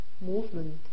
movement